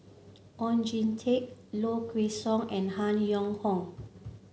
Oon Jin Teik Low Kway Song and Han Yong Hong